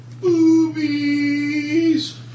Boobies